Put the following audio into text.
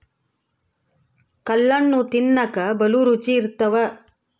ಕಲ್ಲಣ್ಣು ತಿನ್ನಕ ಬಲೂ ರುಚಿ ಇರ್ತವ